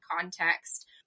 context